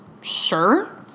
Sure